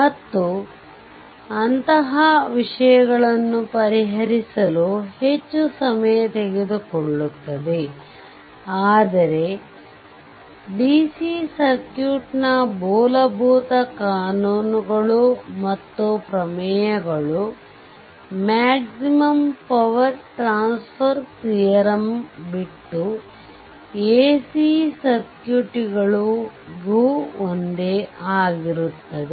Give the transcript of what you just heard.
ಮತ್ತು ಅಂತಹ ವಿಷಯಗಳನ್ನು ಪರಿಹರಿಸಲು ಹೆಚ್ಚು ಸಮಯ ತೆಗೆದುಕೊಳ್ಳುತ್ತದೆ ಆದರೆ ಡಿಸಿ ಸರ್ಕ್ಯೂಟ್ನ ಮೂಲಭೂತ ಕಾನೂನುಗಳು ಮತ್ತು ಪ್ರಮೇಯಗಳು ಮ್ಯಾಕ್ಸಿಮಮ್ ಪವರ್ ಟ್ರಾನ್ಸಫರ್ ತಿಯರಮ್ ಬಿಟ್ಟು ಎಸಿ ಸರ್ಕ್ಯೂಟ್ಗಳಿಗೂ ಒಂದೇ ಆಗಿರುತ್ತದೆ